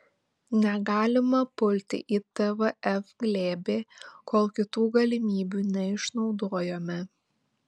negalima pulti į tvf glėbį kol kitų galimybių neišnaudojome